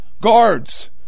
guards